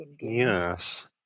Yes